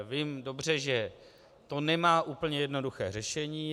Vím dobře, že to nemá úplně jednoduché řešení.